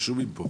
רשומים.